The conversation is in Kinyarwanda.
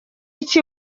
iki